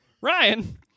Ryan